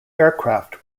aircraft